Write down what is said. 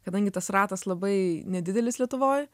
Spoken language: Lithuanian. kadangi tas ratas labai nedidelis lietuvoj